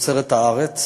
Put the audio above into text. תוצרת הארץ